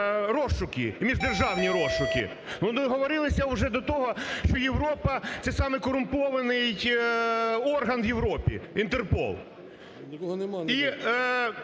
розшуки і міждержавні розшуки. Ну, ми договорилися вже до того, що Європа, це самий корумпований орган в Європі – Інтерпол.